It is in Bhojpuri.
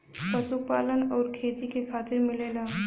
पशुपालन आउर खेती खातिर मिलेला